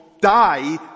die